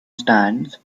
stands